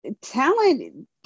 talent